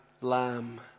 lamb